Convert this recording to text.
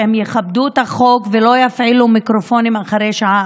שהם יכבדו את החוק ולא יפעילו מיקרופונים אחרי השעה